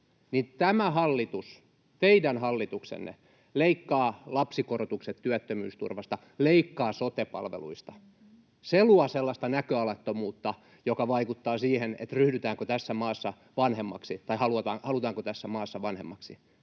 tämä hallitus, teidän hallituksenne, leikkaa lapsikorotukset työttömyysturvasta, leikkaa sote-palveluista. Se luo sellaista näköalattomuutta, että se vaikuttaa siihen, ryhdytäänkö tässä maassa vanhemmaksi tai halutaanko tässä maassa vanhemmaksi.